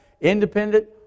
independent